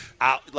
out